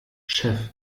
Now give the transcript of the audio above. chef